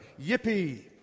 Yippee